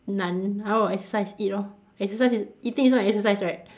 none how about exercise eat lor exercise is eating is not an exercise right